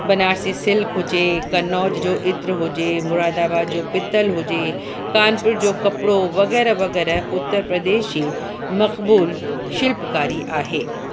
Banarasi silk हुजे कनौज जो इत्र हुजे मुरादाबाद जो पितल हुजे कानपुर जो कपिड़ो वग़ैरह वग़ैरह उत्तर प्रदेश जी मकबूल शिल्पकारी आहे